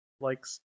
likes